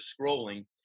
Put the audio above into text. scrolling